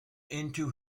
into